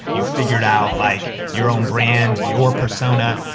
you've figured out like your own brand, your persona.